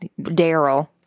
Daryl